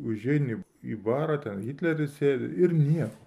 užeini į barą ten hitleris sėdi ir nieko